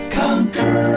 conquer